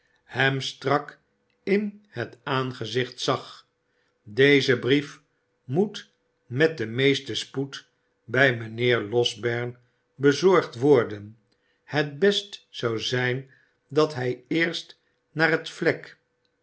hem strak in het aangezicht zag deze brief moet met den meesten spoed bij mijnheer losberne bezorgd worden het best zou zijn dat hij eerst naar het vlek